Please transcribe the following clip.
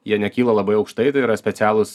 jie nekyla labai aukštai tai yra specialūs